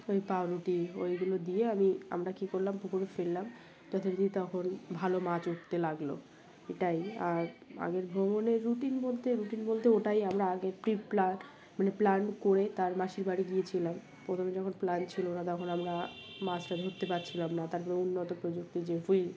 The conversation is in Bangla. ওই পাউরুটি ওইগুলো দিয়ে আমি আমরা কী করলাম পুকুরে ফেললাম যথারীতি তখন ভালো মাছ উঠতে লাগল এটাই আর আগের ভ্রমণের রুটিন বলতে রুটিন বলতে ওটাই আমরা আগে প্রি প্ল্যান মানে প্ল্যান করে তার মাসির বাড়ি গিয়েছিলাম প্রথমে যখন প্ল্যান ছিল না তখন আমরা মাছটা ধরতে পারছিলাম না তার পরে উন্নত প্রযুক্তির যে হুইল